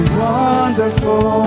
wonderful